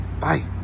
Bye